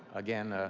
again,